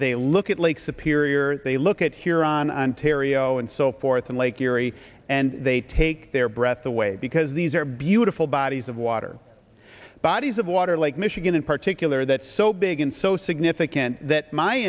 they look at lake superior they look at here on ontario and so forth and lake erie and they take their breath away because these are beautiful bodies of water bodies of water lake michigan in particular that so big and so significant that my